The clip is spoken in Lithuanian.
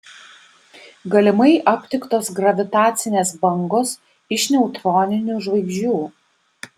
galimai aptiktos gravitacinės bangos iš neutroninių žvaigždžių